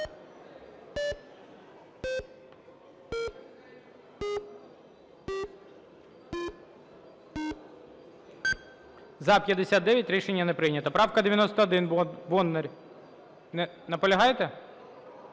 За-59 Рішення не прийнято. Правка 91, Бондар. Наполягаєте?